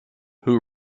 who